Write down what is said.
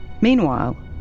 Meanwhile